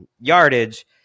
yardage